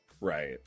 Right